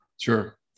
sure